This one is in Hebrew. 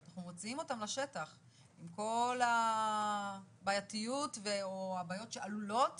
אנחנו מוציאים אותם לשטח עם כל הבעייתיות ו/או הבעיות שעלולות